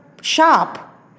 shop